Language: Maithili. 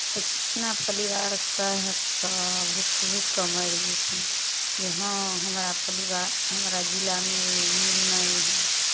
तऽ कितना परिवार सहि कऽ भुख भुख कऽ मरि जेथिन जे हँ हमरा परिवार हमरा जिलामे मिल नहि हइ